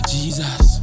Jesus